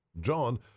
John